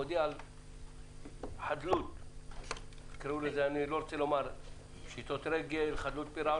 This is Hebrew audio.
אני לא רוצה להגיד פשיטת רגל או משהו דומה.